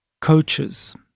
coaches